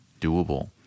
doable